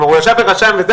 כלומר הוא ישב ורשם וזה,